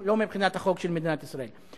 לא מבחינת החוק של מדינת ישראל.